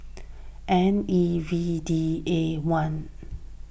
N E V D A one